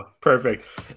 perfect